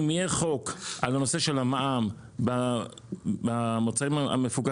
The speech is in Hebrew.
אם יהיה חוק על הנושא של המע"מ במוצרים המפוקחים,